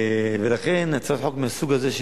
ולכן הצעות חוק מהסוג הזה,